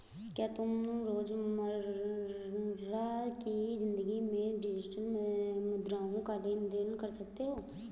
क्या तुम रोजमर्रा की जिंदगी में डिजिटल मुद्राओं का लेन देन कर सकते हो?